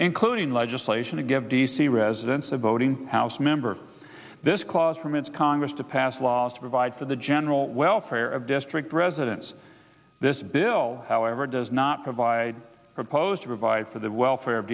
including legislation to give d c residents a voting house member of this clause from its congress to pass laws to provide for the general welfare of district residents this bill however does not provide proposed to provide for the welfare of